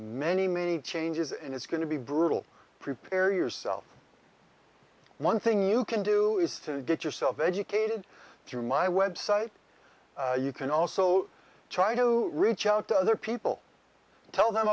many many changes and it's going to be brutal prepare yourself one thing you can do is to get yourself educated through my website you can also try to reach out to other people tell them